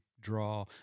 draw